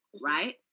right